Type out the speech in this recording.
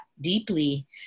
deeply